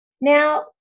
Now